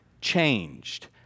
changed